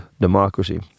democracy